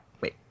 Wait